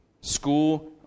School